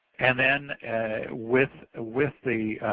and then with ah with the